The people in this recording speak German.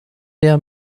der